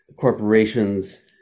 corporations